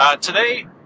Today